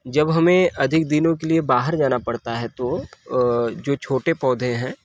जब हमें अधिक दिनों के लिए बाहर जाना पड़ता है तो अ जो छोटे पौधे हैं